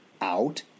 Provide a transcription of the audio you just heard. out